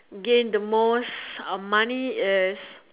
gain the most um money is